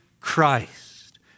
Christ